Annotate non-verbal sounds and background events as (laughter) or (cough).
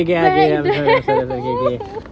back then (laughs) [ho] [ho]